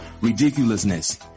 Ridiculousness